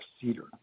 cedar